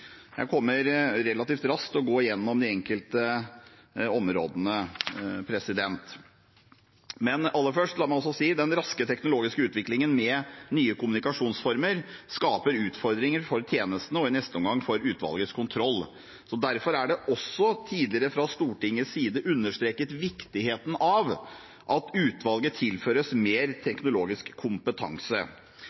Jeg kommer relativt raskt til å gå gjennom de enkelte områdene. La meg aller først si at den raske teknologiske utviklingen i nye kommunikasjonsformer skaper utfordringer for tjenestene og i neste omgang for utvalgets kontroll. Derfor er det fra Stortingets side også tidligere understreket viktigheten av at utvalget tilføres mer teknologisk kompetanse.